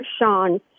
Sean